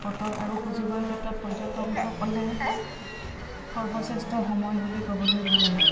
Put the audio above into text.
বতৰ আৰু সুযোগৰ ক্ষেত্ৰত পৰ্যটকসকলে সৰ্বশ্ৰেষ্ঠ সময় বুলি ক'বলৈ গ'লে